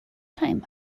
time